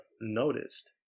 noticed